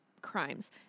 crimes